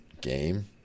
game